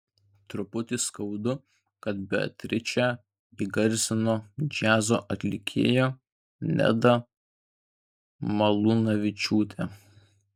truputį skaudu kad beatričę įgarsino džiazo atlikėja neda malūnavičiūtė